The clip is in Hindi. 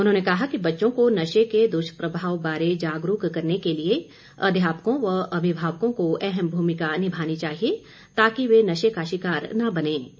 उन्होंने कहा कि बच्चों को नशे के दुष्प्रभाव बारे जागरूक करने के लिए अध्यापकों व अभिभावकों को अहम भूमिका निभानी चाहिए ताकि वे नशे का शिकार न बन सके